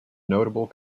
notable